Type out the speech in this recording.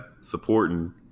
supporting